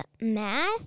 math